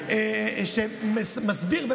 שמסביר,